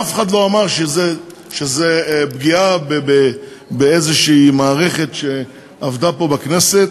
ואף אחד לא אמר שזו פגיעה באיזו מערכת שעבדה פה בכנסת,